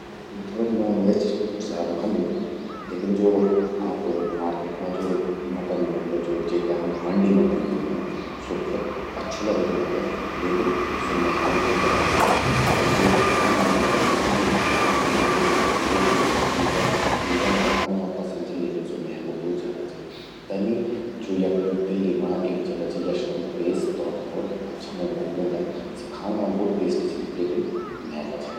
मैं थोड़ा नॉनवेज ज्यादा खांदू लेकिन ज्वो आपा मार्केट मां ज्वो मटन मिल्द, जेते हम हांडी मटन ब्वोलदन, स्वो भौत अच्छू लगद मेते लेकिन स्वो महंगू भौत ज्यादा चि। त येते खाण मां त भौत पसंद ऊंद मेते स्वो महंगू भौत ज्यादा चि। येका अलावा पिज्जा मेते खाण मां पसंद चि लेकिन, स्वो महंगू भौत ज्यादा चि। तन्नि ज्वो यख दिल्ली मां एक जगा चि यशवंत प्लेस, तौ भौत अच्छा मोमोज़ मिलदन। सि खाण मां भोत टेस्टी छिन लेकिन महंगा छिन।